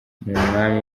mwami